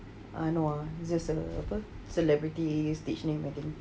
ah no ah it's a apa celebrity stage name I think